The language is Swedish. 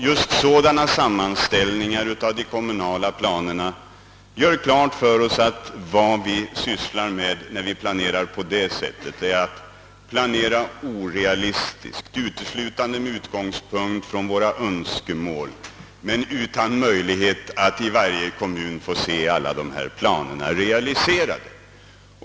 Just sådana sammanställningar av de kommunala planerna visar att planeringen är orealistisk och att den skett uteslutande med utgångspunkt från de egna önskemålen, och att det saknas möjlighet att i varje kommun realisera dessa planer.